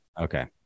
Okay